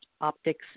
optics